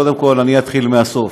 קודם כול אתחיל מהסוף.